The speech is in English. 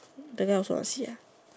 the guy also want see ah